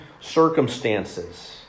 circumstances